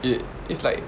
it is like